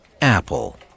Apple